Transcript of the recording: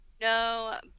No